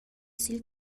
sil